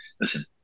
listen